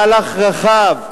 מהלך רחב,